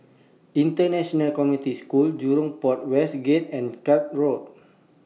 International Community School Jurong Port West Gate and Cuff Road